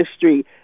history